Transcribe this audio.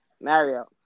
Mario